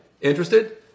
Interested